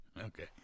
Okay